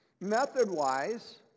Method-wise